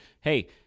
Hey